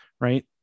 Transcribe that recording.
Right